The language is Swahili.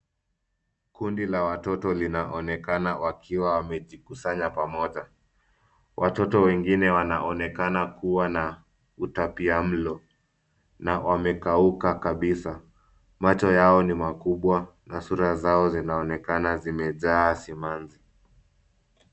Kundi la watoto linaonekana wakiwa wamejikusanya pamoja. Watoto wengine anaonekana kuwa na utapia mlo. Na wamelala kabisa. Macho yao ni makubwa na sura zao zinaonekana zimejaa simanzi.